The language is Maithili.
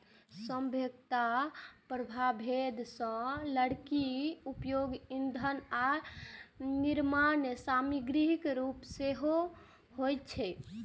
सभ्यताक प्रारंभे सं लकड़ीक उपयोग ईंधन आ निर्माण समाग्रीक रूप मे होइत रहल छै